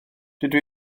dydw